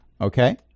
Okay